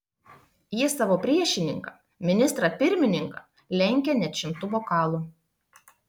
jis savo priešininką ministrą pirmininką lenkia net šimtu bokalų